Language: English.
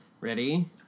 Ready